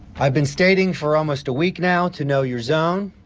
i have been stating for almost a week now to know your zone.